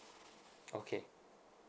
okay